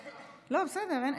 לא, בסדר.